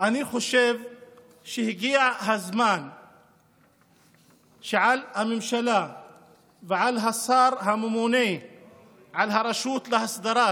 אני חושב שהגיע הזמן שהממשלה והשר הממונה על הרשות להסדרת